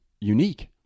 unique